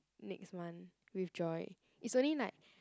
next month with Joy it's only like